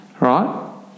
Right